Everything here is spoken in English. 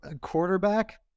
quarterback